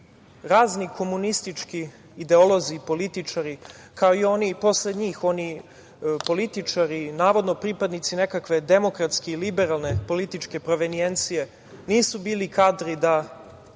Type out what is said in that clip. film. Razni komunistički ideolozi i političari, kao i oni posle njih, oni političari, navodno, pripadnici nekakve demokratske i liberalne političke provenijencije nisu bili kadri da